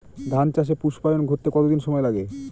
ধান চাষে পুস্পায়ন ঘটতে কতো দিন সময় লাগে?